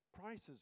prices